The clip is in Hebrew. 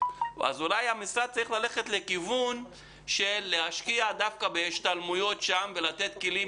אז אולי המשרד צריך להשקיע דווקא בהשתלמויות שם ולתת יותר כלים